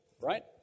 Right